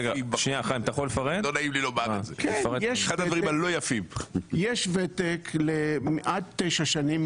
יש ותק עד 9 שנים,